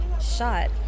shot